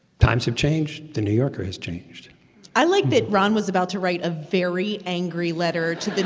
times have changed. the new yorker has changed i like that ron was about to write a very angry letter to the